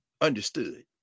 understood